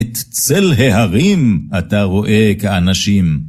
את צל ההרים אתה רואה כאנשים.